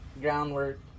groundwork